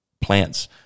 plant's